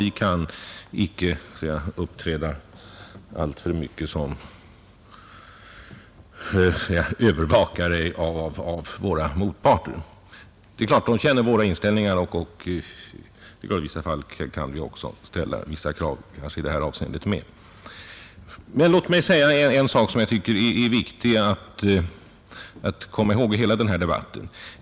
Vi kan icke uppträda alltför mycket som övervakare av våra motparter. Givetvis känner de vår inställning, och i somliga fall kan vi ställa vissa krav också i det här avseendet. Låt mig emellertid påpeka en sak, som jag tycker är viktig att komma ihåg i den här debatten.